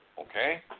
Okay